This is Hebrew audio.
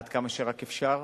עד כמה שרק אפשר,